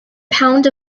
pound